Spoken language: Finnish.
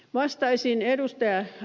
vastaisin ed